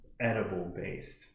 edible-based